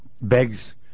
begs